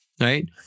right